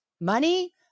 Money